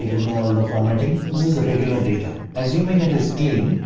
remove all the formatting. this is regular data assuming it is clean,